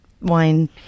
wine